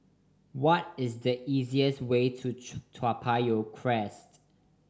what is the easiest way to Toa Payoh Crest